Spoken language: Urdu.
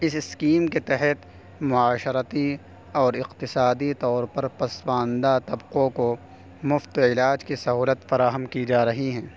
اس اسکیم کے تحت معاشرتی اور اقتصادی طور پر پسماندہ طبقوں کو مفت علاج کی سہولت فراہم کی جا رہی ہیں